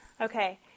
Okay